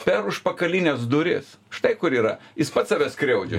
per užpakalines duris štai kur yra jis pats save skriaudžia